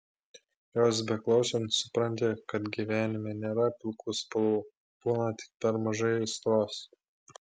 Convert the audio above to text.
jos beklausant supranti kad gyvenime nėra pilkų spalvų būna tik per mažai aistros